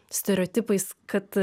stereotipais kad